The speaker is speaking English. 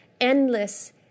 endless